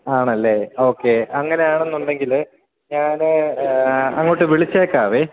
ആണല്ലേ ഓക്കേ അങ്ങനെയാണെന്നുണ്ടെങ്കില് ഞാന് അങ്ങോട്ട് വിളിച്ചേക്കാം